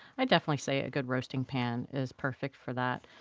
i'd definitely say a good roasting pan is perfect for that.